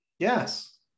yes